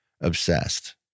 obsessed